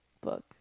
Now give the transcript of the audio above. Book